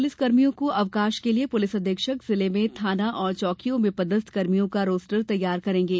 पुलिसकर्मियों को अवकाश के लिये पुलिस अधिक्षक जिले में थाना और चौकियों में पदस्थ कर्मियों का रोस्टर तैयार करेंगे